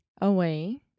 Away